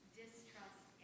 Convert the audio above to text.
distrust